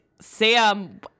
Sam